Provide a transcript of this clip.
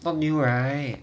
not new right